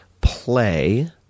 play